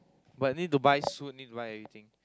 but need to buy suit need to buy everything